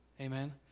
Amen